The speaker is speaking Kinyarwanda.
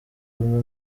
umwe